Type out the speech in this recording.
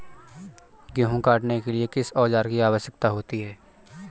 गेहूँ काटने के लिए किस औजार की आवश्यकता होती है?